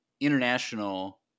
International